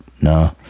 no